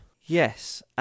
Yes